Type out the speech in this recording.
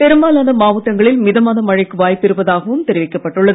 பெரும்பாலான மாவட்டங்களில் மிதமான மழைக்கு வாய்ப்பு இருப்பதாகவும் தெரிவிக்கப்பட்டுள்ளது